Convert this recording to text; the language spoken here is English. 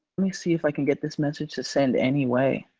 me see if i can get this message to send anyway.